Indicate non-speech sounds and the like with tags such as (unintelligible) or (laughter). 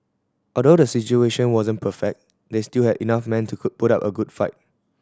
although the situation wasn't perfect they still had enough men to (unintelligible) put up a good fight